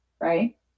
right